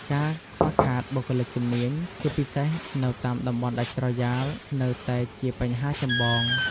ការខ្វះខាតបុគ្គលិកជំនាញ ជាពិសេសនៅតាមតំបន់ដាច់ស្រយាលនៅតែជាបញ្ហាចម្បង។